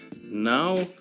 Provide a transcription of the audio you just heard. now